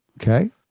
Okay